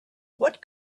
what